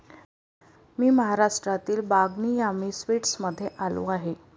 मी महाराष्ट्रातील बागनी यामी स्वीट्समध्ये आलो आहे